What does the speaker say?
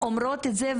אומרות את זה,